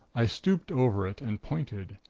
i stooped over it and pointed.